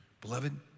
Beloved